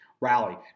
rally